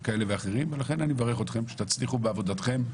אני מברך אתכם שתצליחו בעבודתכם,